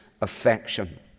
affection